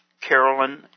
carolyn